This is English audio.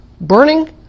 burning